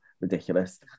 ridiculous